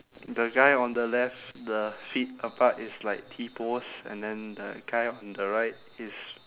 the guy on the left the feet apart is like T pose and then the guy on the right is